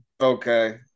Okay